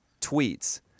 tweets